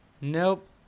Nope